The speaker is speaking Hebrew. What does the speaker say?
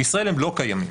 בישראל הם לא קיימים.